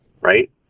right